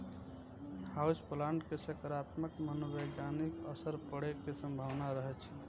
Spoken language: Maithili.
हाउस प्लांट के सकारात्मक मनोवैज्ञानिक असर पड़ै के संभावना रहै छै